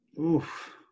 Oof